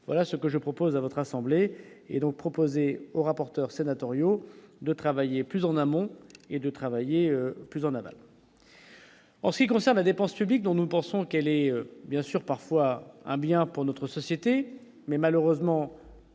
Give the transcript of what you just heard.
ce que je propose à votre assemblée et donc proposé aux rapporteurs sénatoriaux de travailler plus en amont et de travailler plus en aval. En ce qui concerne la dépense publique dont nous pensons qu'elle est bien sûr parfois un bien pour notre société, mais malheureusement.